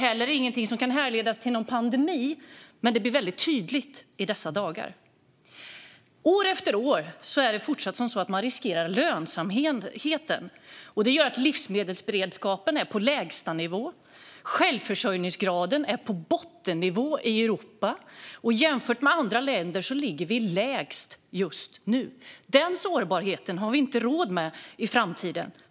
Den kan inte heller härledas till någon pandemi, men den blir väldigt tydlig i dessa dagar. År efter år riskerar man lönsamheten, och det gör att livsmedelsberedskapen är på en lägstanivå. Självförsörjningsgraden är på en bottennivå i Europa, och jämfört med andra länder ligger vi lägst just nu. Den sårbarheten har vi inte råd med i framtiden.